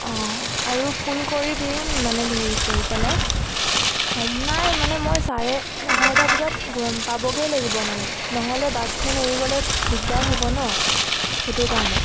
অঁ আৰু ফোন কৰিবি মানে হেৰি কৰি পেলাই অ' নাই মানে মই চাৰে এঘাৰটা বজাত পাবগেই লাগিব মানে নহ'লে বাছখন এৰি গ'লে দিগদাৰ হ'ব ন সেইটো কাৰণে